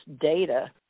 data